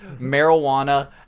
marijuana